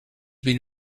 been